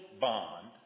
bond